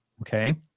Okay